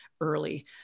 early